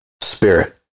Spirit